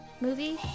movie